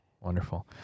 Wonderful